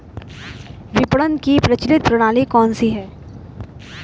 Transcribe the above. विपणन की प्रचलित प्रणाली कौनसी है?